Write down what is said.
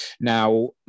Now